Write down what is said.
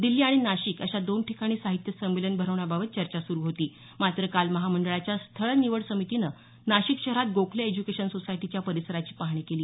दिल्ली आणि नाशिक अशा दोन ठिकाणी साहित्य संमेलन भरवण्याबाबत चर्चा सुरू होती मात्र काल महामंडळाच्या स्थळ निवड समितीनं नाशिक शहरात गोखले एज्यूकेशन सोसायटीच्या परिसराची पाहणी केली